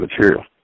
material